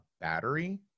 battery